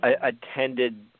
attended